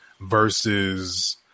versus